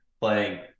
playing –